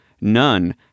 none